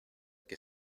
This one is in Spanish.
que